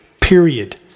period